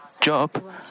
job